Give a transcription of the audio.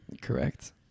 Correct